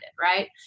right